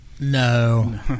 No